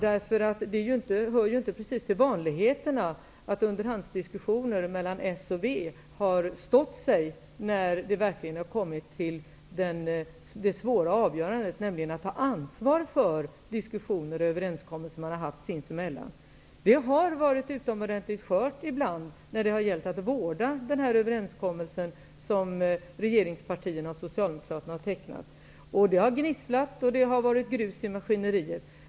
Det hör ju precis inte till vanligheterna att underhandsdiskussioner mellan s och v har stått sig när det verkligen har kommit till det svåra avgörandet, nämligen att ta ansvar för diskussioner och överenskommelser som man haft sinsemellan. Det har ibland varit utomordentligt skört när det gällt att vårda den överenskommelse som regeringspartierna och Socialdemokraterna har träffat. Det har gnisslat, och det har varit grus i maskineriet.